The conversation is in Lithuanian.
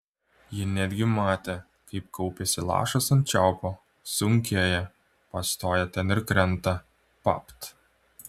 ji netgi matė kaip kaupiasi lašas ant čiaupo sunkėja pastoja ten ir krenta papt